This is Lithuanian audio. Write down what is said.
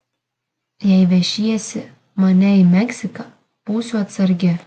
jei vešiesi mane į meksiką būsiu atsargi